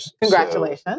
Congratulations